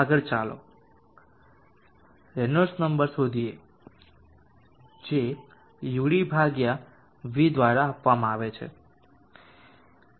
આગળ ચાલો Reynolds number શોધીએ જે udν દ્વારા આપવામાં આવે છે